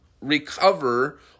recover